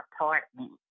apartment